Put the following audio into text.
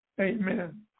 Amen